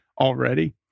already